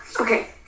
Okay